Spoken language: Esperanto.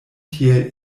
tiel